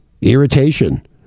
irritation